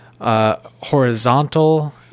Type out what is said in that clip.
horizontal